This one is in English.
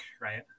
right